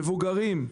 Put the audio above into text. מבוגרים,